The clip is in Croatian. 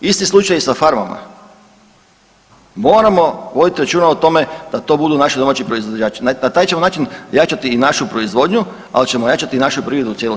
Isti slučaj i s farmama, moramo voditi računa o tome da to budu naši domaći proizvođači, na taj ćemo način jačati i našu proizvodnju al ćemo jačati i našu prirodu u cijelosti.